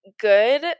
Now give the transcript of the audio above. good